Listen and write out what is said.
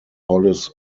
hollis